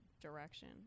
direction